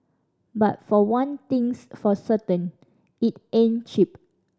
but for one thing's for certain it ain't cheap